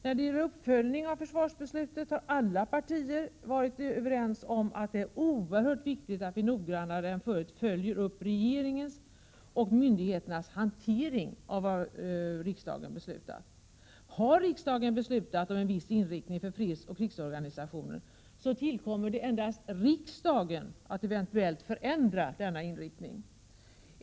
När det gäller uppföljningen av försvarsbeslutet har alla partier varit överens om att det är oerhört viktigt att vi noggrannare än förut följer upp regeringens och myndigheternas hantering av riksdagens beslut. Då riksdagen har beslutat om viss inriktning av fredsoch krigsorganisationen, tillkommer det endast riksdagen att eventuellt förändra denna inriktning.